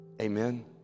Amen